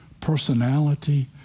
personality